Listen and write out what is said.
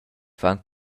fan